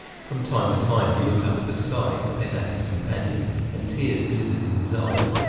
from time to time he looked up at the sky, then at his companion, and tears glittered in his eyes,